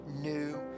new